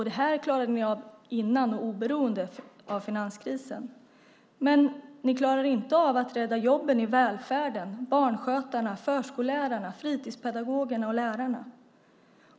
Det här klarade ni av innan och oberoende av finanskrisen, men ni klarar inte av att rädda jobben i välfärden - barnskötarna, förskollärarna, fritidspedagogerna och lärarna.